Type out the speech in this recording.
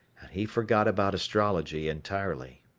and he forgot about astrology entirely.